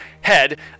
head